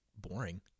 boring